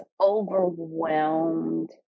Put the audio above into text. overwhelmed